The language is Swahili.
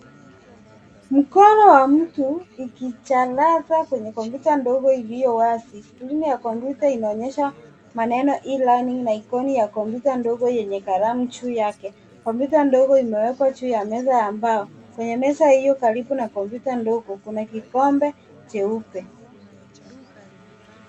Mkono wa mtu ukichraza kwenye kompyuta ndogo iliyo wazi. Skrini ya kompyuta inaonyesha maneno e-learning na ikoni ya kompyuta ndogo yenye kalamu juu yake. Kompyuta ndogo imewekwa juu ya meza ya mbao. Kwenye meza hio karibu na kompyuta ndogo kuna kikombe cheupe.